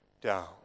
down